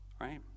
right